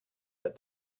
that